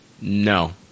No